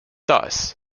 thus